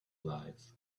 life